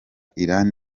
iran